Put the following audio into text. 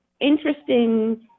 interesting